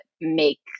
make